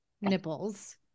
nipples